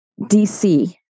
DC